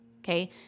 Okay